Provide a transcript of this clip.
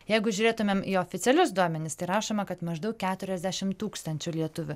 jeigu žiūrėtumėm į oficialius duomenis tai rašoma kad maždaug keturiasdešim tūkstančių lietuvių